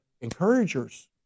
encouragers